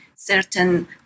certain